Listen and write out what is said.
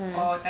mm